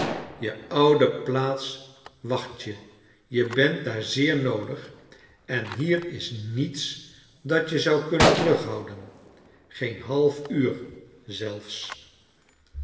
je oude plaats wacht je je bent daar zeer noodig en hier is niets dat je zou kunnen terughouden geen half uur zelfs